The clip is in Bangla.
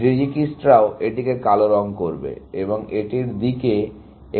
ডিজিকিস্ট্রাও এটিকে কালো রঙ করবে এবং এটির দিকে একটি নির্দেশক থাকবে